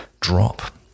drop